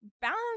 balance